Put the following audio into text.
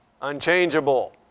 unchangeable